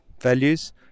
values